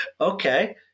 okay